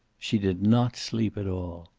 she did not sleep at all.